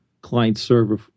client-server